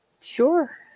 sure